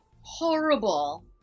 horrible